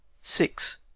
six